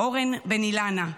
אורן בן אילנה,